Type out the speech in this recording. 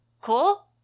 Cool